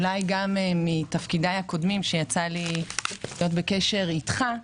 אולי גם מתפקידיי הקודמים שבהם יצא לי להיות בקשר אתך,